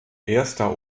erster